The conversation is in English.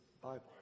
Bible